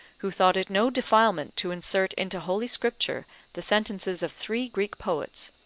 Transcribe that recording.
who thought it no defilement to insert into holy scripture the sentences of three greek poets,